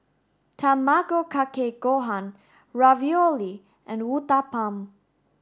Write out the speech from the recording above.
Tamago Kake Gohan Ravioli and Uthapam